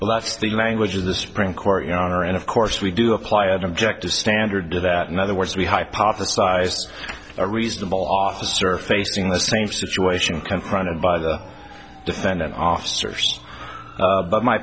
that's the language of the supreme court you know honor and of course we do apply objective standard to that in other words we hypothesized a reasonable officer facing the same situation confronted by the defendant officers but my